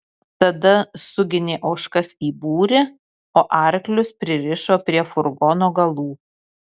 tada suginė ožkas į būrį o arklius pririšo prie furgonų galų